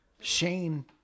Shane